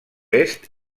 est